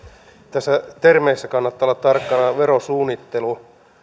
näissä termeissä kannattaa olla tarkkana verosuunnittelu